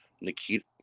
Nikita